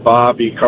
Bobby